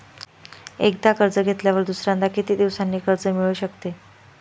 एकदा कर्ज घेतल्यावर दुसऱ्यांदा किती दिवसांनी कर्ज मिळू शकते?